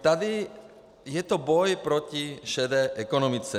Tady je to boj proti šedé ekonomice.